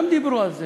גם דיברו על זה,